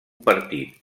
partit